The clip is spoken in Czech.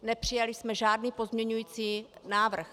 Nepřijali jsme žádný pozměňující návrh.